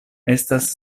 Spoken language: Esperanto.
estas